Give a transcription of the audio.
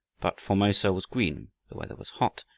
but formosa was green, the weather was hot,